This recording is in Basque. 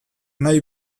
nahi